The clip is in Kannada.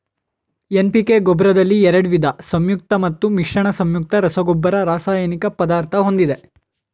ಎನ್.ಪಿ.ಕೆ ಗೊಬ್ರದಲ್ಲಿ ಎರಡ್ವಿದ ಸಂಯುಕ್ತ ಮತ್ತು ಮಿಶ್ರಣ ಸಂಯುಕ್ತ ರಸಗೊಬ್ಬರ ರಾಸಾಯನಿಕ ಪದಾರ್ಥ ಹೊಂದಿದೆ